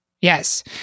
Yes